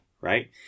right